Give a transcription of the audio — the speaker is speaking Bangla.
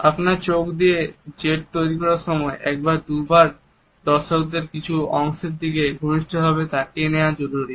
আপনার চোখ দিয়ে Z তৈরি করার সময় একবার দুবার দর্শকদের কিছু অংশের দিকে ঘনিষ্টভাবে তাকিয়ে নেওয়াও জরুরী